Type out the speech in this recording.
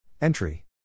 Entry